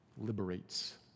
liberates